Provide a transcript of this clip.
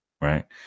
Right